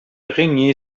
régner